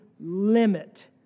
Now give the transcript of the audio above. limit